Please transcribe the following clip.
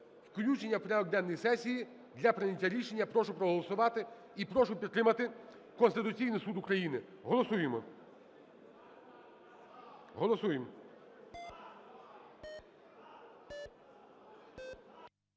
Включення у порядок денний сесії для прийняття рішення, прошу проголосувати і прошу підтримати Конституційний Суд України. Голосуємо! Голосуємо!